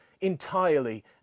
entirely